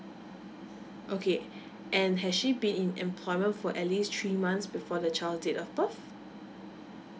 okay and has she been in employment for at least three months before the child date of birth